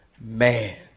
Man